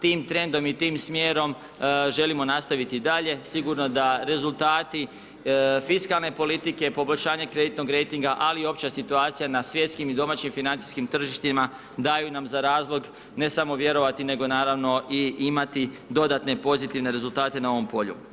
Tim trendom i tim smjerom želimo nastaviti i dalje, sigurno da rezultati fiskalne politike i poboljšanje kreditnog rejtinga, ali i opća situacija na svjetskim i domaćim, financijskim tržištima, daju nama za razlog, ne samo vjerovati, nego naravno imati i dodatne pozitivne rezultate na ovom polju.